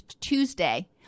Tuesday